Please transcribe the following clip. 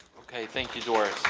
okay, thank you doris.